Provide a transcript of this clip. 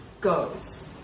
goes